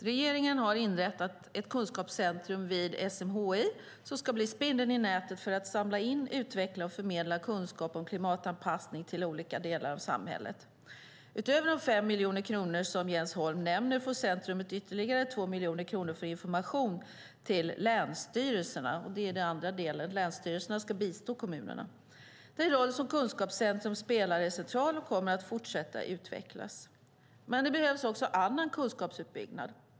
Regeringen har inrättat ett kunskapscentrum vid SMHI som ska bli spindeln i nätet för att samla in, utveckla och förmedla kunskap om klimatanpassning till olika delar av samhället. Utöver de 5 miljoner kronor som Jens Holm nämner får centrumet ytterligare 2 miljoner kronor för information till länsstyrelserna. Det är den andra delen. Länsstyrelserna ska bistå kommunerna. Den roll som kunskapscentrumet spelar är central och kommer att fortsätta utvecklas. Men det behövs också annan kunskapsuppbyggnad.